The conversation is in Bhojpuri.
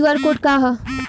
क्यू.आर कोड का ह?